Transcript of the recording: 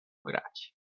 grać